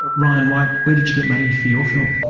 ryan white, where did you get money for your film?